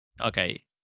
Okay